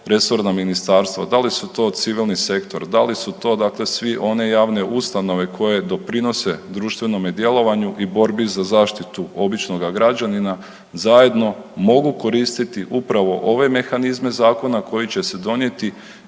resorna ministarstva, da li su to civilni sektor, da li su to dakle sve one javne ustanove koje doprinose društvenome djelovanju i borbi za zaštitu običnoga građanina zajedno mogu koristiti upravo ove mehanizme zakona koji će se donijeti